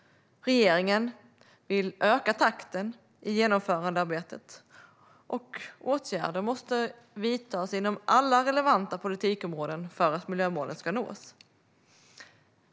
Regeringen vill öka takten i genomförandearbetet, och åtgärder måste vidtas inom alla relevanta politikområden för att miljömålen ska nås.